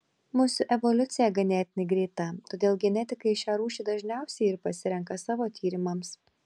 musių evoliucija ganėtinai greita todėl genetikai šią rūšį dažniausiai ir pasirenka savo tyrimams